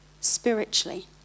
spiritually